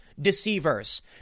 deceivers